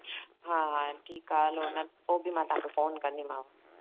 हा हा ठीकु आहे हलो अञा पोइ बि मां तव्हांखे फोन कंदीमांव